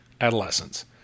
adolescence